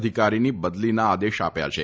અધિકારીની બદલીના આદેશ આપ્યા છે